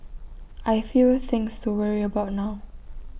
I've fewer things to worry about now